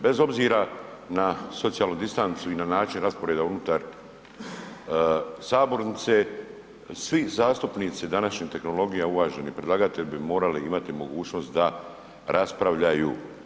Bez obzira na socijalnu distancu i na način rasporeda unutar sabornice, svi zastupnici, današnja tehnologija uvaženi predlagatelj bi morali imati mogućnost da raspravljaju.